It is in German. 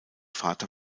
vater